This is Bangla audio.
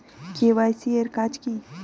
কে.ওয়াই.সি এর কাজ কি?